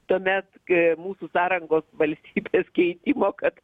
tuomet k mūsų sąrangos valstybės keitimo kad